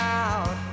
out